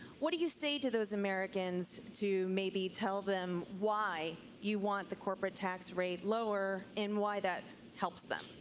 what do you say to those americans to maybe tell them why you want the corporate tax rate lower and why that helps them.